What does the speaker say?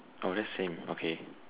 oh that's same okay